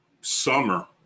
summer